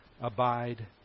abide